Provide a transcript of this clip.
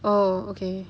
oh okay